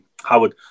Howard